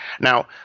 Now